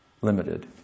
limited